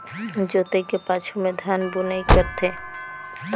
जोतई के पाछू में धान बुनई करथे